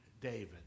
David